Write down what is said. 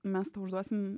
mes tau užduosim